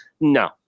No